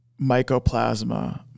mycoplasma